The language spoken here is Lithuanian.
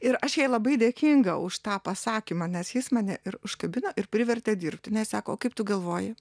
ir aš jai labai dėkinga už tą pasakymą nes jis mane ir užkabino ir privertė dirbti jinai sako o kaip tu galvoji